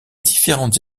différentes